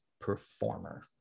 performer